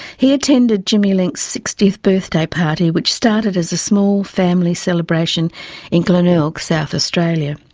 he attended jimmy link's sixtieth birthday party which started as a small family celebration in glenelg, south australia.